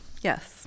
Yes